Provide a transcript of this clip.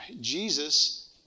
Jesus